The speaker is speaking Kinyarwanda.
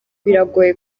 biragoye